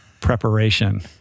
Preparation